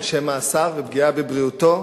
עונשי מאסר ופגיעה בבריאותו,